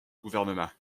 gouvernement